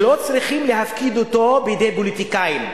שלא צריכים להפקיד אותו בידי פוליטיקאים.